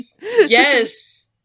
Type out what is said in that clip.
Yes